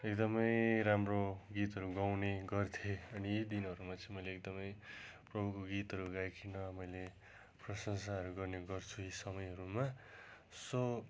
एकदमै राम्रो गीतहरू गाउने गर्थ्ये अनि यी दिनहरूमा चाहिँ मैले एकदमै प्रभुको गीतहरू गाइकिन मैले प्रशंसाहरू गर्ने गर्छु यी समयहरूमा सो